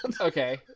Okay